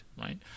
right